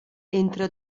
entre